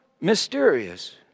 mysterious